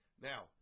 Now